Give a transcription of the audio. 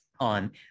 on